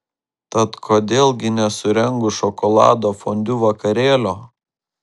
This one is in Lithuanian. tad kodėl gi nesurengus šokolado fondiu vakarėlio